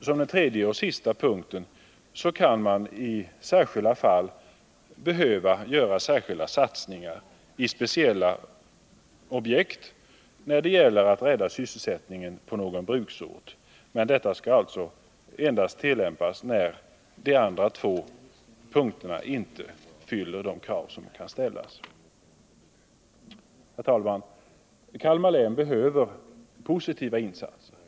För det tredje kan man i särskilda fall behöva satsa mycket på speciella objekt för att kunna rädda sysselsättningen på någon bruksort. Men detta skall endast tillämpas när man på de andra punkterna inte kan uppfylla de krav som ställs. Herr talman! Kalmar län behöver positiva insatser.